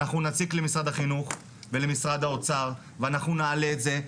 אנחנו נציק למשרד החינוך ולמשרד האוצר ואנחנו נעלה את זה,